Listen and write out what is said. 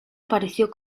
apareció